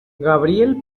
gabriel